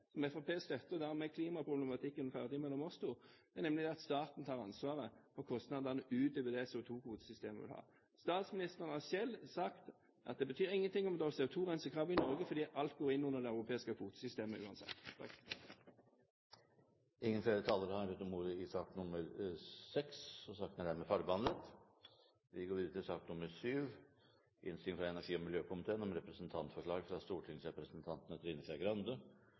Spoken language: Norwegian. som Fremskrittspartiets støtter – og dermed er klimaproblematikken ferdig mellom oss to – nemlig at staten tar ansvaret for kostnadene utover CO2-kvotesystemet. Statsministeren har selv sagt at det ikke betyr noe om vi har CO2-rensekrav i Norge, for alt går inn under det europeiske kvotesystemet uansett. Flere har ikke bedt om ordet til sak nr. 6. Etter ønske fra energi- og miljøkomiteen